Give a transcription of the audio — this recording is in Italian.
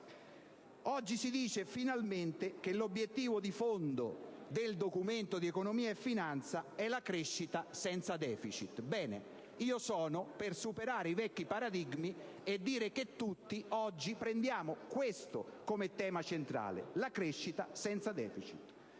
Oggi si dice finalmente che l'obiettivo di fondo del Documento di economia e finanza è la crescita senza deficit. Ebbene, sono per superare i vecchi paradigmi e affermare che tutti oggi assumiamo come tema centrale la crescita senza deficit.